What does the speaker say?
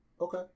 Okay